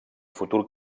futur